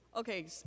Okay